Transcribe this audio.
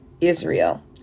Israel